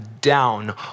down